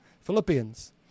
Philippians